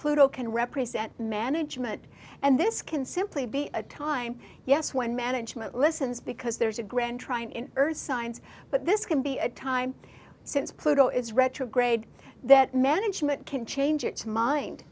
pluto can represent management and this can simply be a time yes when management listens because there's a grand trying in earth science but this can be a time since pluto is retrograde that management can change its mind